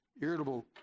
irritable